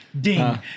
ding